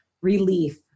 relief